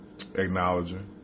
acknowledging